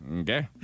Okay